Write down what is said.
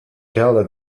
gala